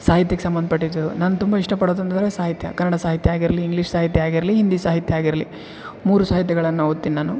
ಸಾಹಿತ್ಯಕ್ ಸಂಬಂಧಪಟ್ಟಿದ್ದು ನಾನು ತುಂಬ ಇಷ್ಟ ಪಡೋದು ಅಂತಂದರೆ ಸಾಹಿತ್ಯ ಕನ್ನಡ ಸಾಹಿತ್ಯ ಆಗಿರಲಿ ಇಂಗ್ಲೀಷ್ ಸಾಹಿತ್ಯ ಆಗಿರಲಿ ಹಿಂದಿ ಸಾಹಿತ್ಯ ಆಗಿರಲಿ ಮೂರು ಸಾಹಿತ್ಯಗಳನ್ ಓದ್ತಿನಿ ನಾನು